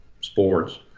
sports